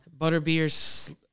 Butterbeer's